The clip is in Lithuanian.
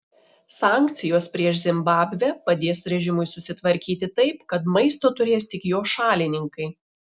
sankcijos prieš zimbabvę padės režimui susitvarkyti taip kad maisto turės tik jo šalininkai